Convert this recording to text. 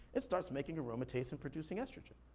it starts making aromatase and producing estrogen.